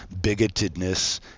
bigotedness